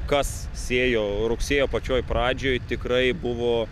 kas siejo rugsėjo pačioj pradžioj tikrai buvo